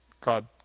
God